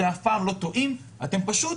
אתם אף פעם לא טועים יש לכם פשוט